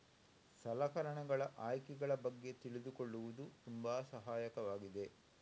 ಸಲಕರಣೆಗಳ ಆಯ್ಕೆಗಳ ಬಗ್ಗೆ ತಿಳಿದುಕೊಳ್ಳುವುದು ತುಂಬಾ ಸಹಾಯಕವಾಗಿದೆ